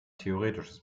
theoretisches